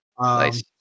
Nice